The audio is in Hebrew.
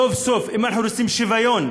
סוף-סוף, אם אנחנו רוצים שוויון,